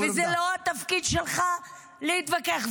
וזה לא התפקיד שלך להתווכח.